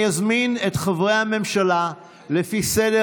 אני אזמין את חברי הממשלה לפי סדר